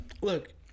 look